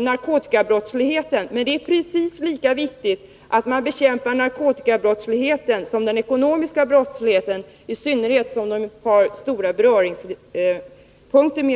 narkotikabrottslig 21 maj 1981 heten. Men det är precis lika viktigt att man bekämpar narkotikabrottsligheten som den ekonomiska brottsligheten — i synnerhet som de har viktiga